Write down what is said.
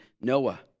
Noah